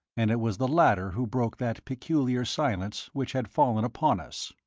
and it was the latter who broke that peculiar silence which had fallen upon us.